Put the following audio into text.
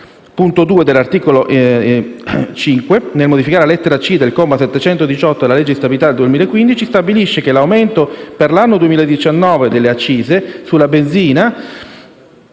punto 2, dell'articolo 5, nel modificare la lettera *c)* del comma 718 della legge di stabilità del 2015, stabilisce che l'aumento per l'anno 2019 delle accise sulla benzina